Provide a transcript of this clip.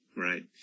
Right